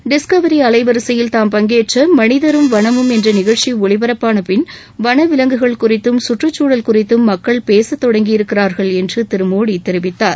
Discovery அலைவரிசையில் தாம் பங்கேற்ற மனிதரும் வனமும் என்ற நிகழ்ச்சி ஒளிபரப்பான பின் வளவிலங்குகள் குறித்தும் கற்றுக்சூழல் குறித்தும் மக்கள் பேசத் தொடங்கியிருக்கிறார்கள் என்று திரு மோடி தெரிவித்தார்